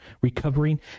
recovering